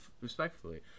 respectfully